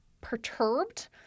perturbed